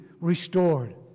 restored